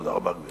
תודה רבה.